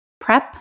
prep